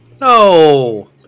No